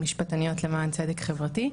משפטניות למען צדק חברתי.